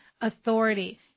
authority